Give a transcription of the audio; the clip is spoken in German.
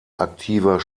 aktiver